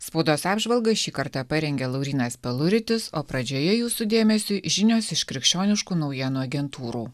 spaudos apžvalgą šį kartą parengė laurynas peluritis o pradžioje jūsų dėmesiui žinios iš krikščioniškų naujienų agentūrų